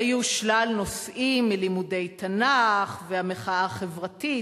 היו שלל נושאים: מלימודי תנ"ך והמחאה החברתית,